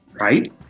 right